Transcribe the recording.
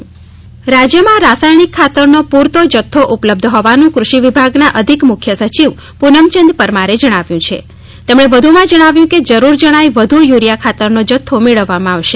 રાસાયણિક ખાતરનો જથ્થો રાજ્યમાં રાસાયણિક ખાતરનો પૂરતો જથ્થો ઉપલબ્ધ હોવાનું કુષિવિભાગના અધિક મુખ્ય સચિવ પુનમચંદ પરમારે જણાવ્યું છે તેમણે વધુમાં જણાવ્યું કે જરૂર જણાય વધુ યુરિયા ખાતરનો જથ્થો મેળવવામાં આવશે